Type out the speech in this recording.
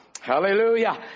Hallelujah